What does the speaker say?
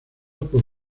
por